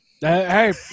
hey